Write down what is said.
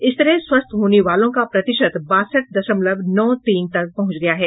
इस तरह स्वस्थ होने वालों का प्रतिशत बासठ दशमलव नौ तीन तक पहुंच गया है